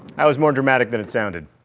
that was more dramatic than it sounded.